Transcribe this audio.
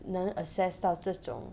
能 access 到这种